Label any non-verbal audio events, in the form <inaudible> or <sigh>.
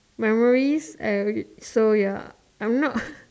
memories and so ya I'm not <breath>